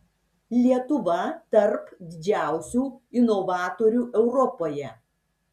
lietuva tarp didžiausių inovatorių europoje